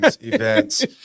events